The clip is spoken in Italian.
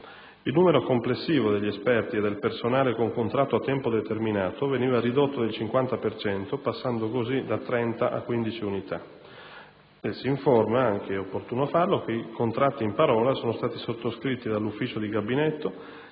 Il numero complessivo degli esperti e del personale con contratto a tempo determinato veniva ridotto del 50 per cento, passando così da 30 a 15 unità. Si informa anche - è opportuno farlo - che i contratti in parola sono stati sottoscritti dall'Ufficio di Gabinetto